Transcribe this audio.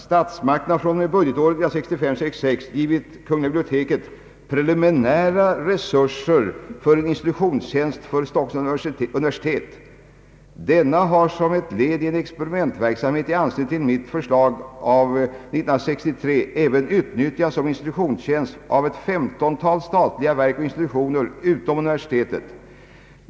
Statsmakterna har från och med budgetåret 1965/66 givit KB preliminära resurser för en institutionstjänst för Stockholms universitet. Denna har som ett led i en experimentverksamhet i anslutning till riksbibliotekariens förslag av 1963 även utnyttjats som institutionstjänst för ett femtontal statliga verk och institutioner utom universitetet.